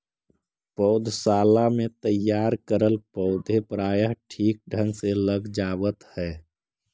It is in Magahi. पौधशाला में तैयार करल पौधे प्रायः ठीक ढंग से लग जावत है